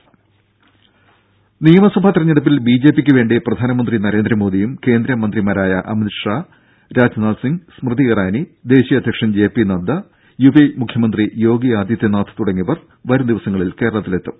ദേദ നിയമസഭാ തെരഞ്ഞെടുപ്പിൽ ബി ജെ പി ക്കു വേണ്ടി പ്രധാനമന്ത്രി നരേന്ദ്രമോദിയും കേന്ദ്ര മന്ത്രിമാരായ അമിത് ഷാ രാജ്നാഥ് സിംഗ് സ്മൃതി ഇറാനി ദേശീയ അധ്യക്ഷൻ J P Nadda U P മുഖ്യമന്ത്രി യോഗി ആദിത്യനാഥ് തുടങ്ങിയവർ വരും ദിവസങ്ങളിൽ കേരളത്തിലെത്തും